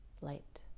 light